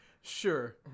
sure